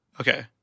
Okay